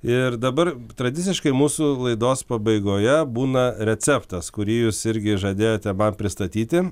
ir dabar tradiciškai mūsų laidos pabaigoje būna receptas kurį jūs irgi žadėjote man pristatyti